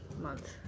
month